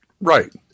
Right